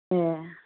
ए